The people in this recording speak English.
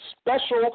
special